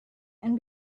and